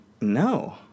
No